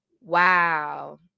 Wow